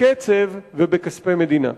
בקצב ובכספי המדינה.